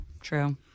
True